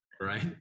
right